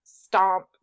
stomp